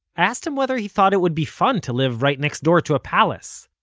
i asked him whether he thought it would be fun to live right next door to a palace.